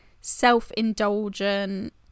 self-indulgent